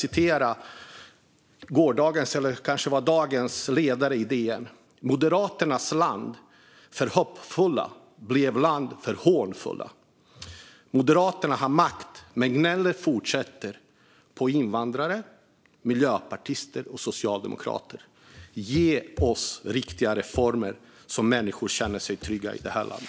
I dagens ledare i DN står det att Moderaternas land för hoppfulla blev land för hånfulla. Man skriver: "Nu har man makten, men gnället fortsätter - på invandrare, miljöpartister, socialdemokrater." Ge oss riktiga reformer så att människor känner sig trygga i detta land!